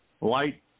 Light